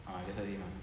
ah just ask him ah